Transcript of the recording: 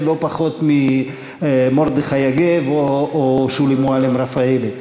לא פחות ממרדכי יוגב או שולי מועלם-רפאלי,